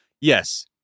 Yes